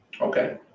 Okay